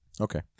Okay